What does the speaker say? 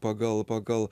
pagal pagal